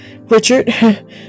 Richard